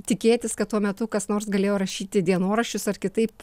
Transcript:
tikėtis kad tuo metu kas nors galėjo rašyti dienoraščius ar kitaip